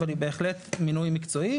אבל היא בהחלט מינוי מקצועי